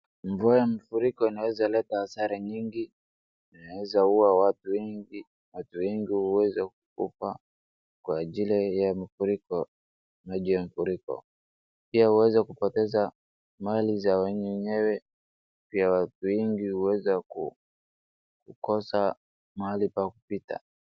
Mvua ya mfuriko inaweza kuleta hasara nyingi. Inaweza ua watu wengi, watu wengi huweza kukufa kwa ajili ya mafuriko maji ya mfuriko. Pia huweza kupoteza mali za wenyewe pia watu wengi huweza kukosa mahali pa kupita.